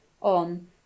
On